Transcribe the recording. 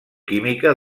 química